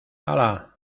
hala